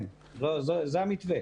זה המתווה.